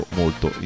molto